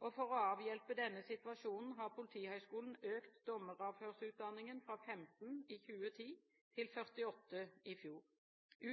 for lang. For å avhjelpe denne situasjonen har Politihøgskolen økt dommeravhørsutdanningen fra 15 plasser i 2010 til 48 i fjor.